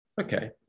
Okay